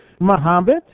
Muhammad